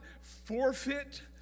forfeit